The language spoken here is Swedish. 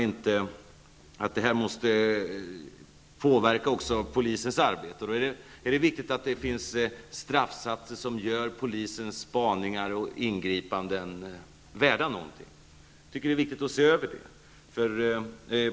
Det här måste påverka också polisens arbete, och då är det viktigt att det finns straffsatser som gör polisens spaningar och ingripanden värda någonting. Jag tycker att det är viktigt att se över detta.